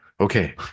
okay